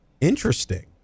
Interesting